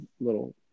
little